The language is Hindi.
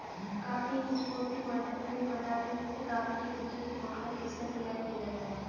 कॉफी एक स्फूर्ति वर्धक पेय पदार्थ है जिसे कॉफी के बीजों से भूनकर पीसकर तैयार किया जाता है